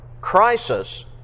crisis